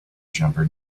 jumper